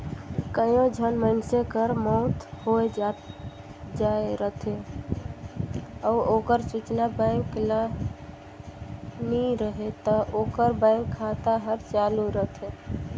कइयो झन मइनसे कर मउत होए जाए रहथे अउ ओकर सूचना बेंक ल नी रहें ता ओकर बेंक खाता हर चालू रहथे